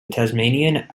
tasmanian